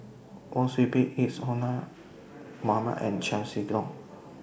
Wang Sui Pick Isadhora Mohamed and Chiam See Tong